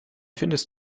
findest